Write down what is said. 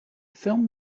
film